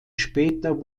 später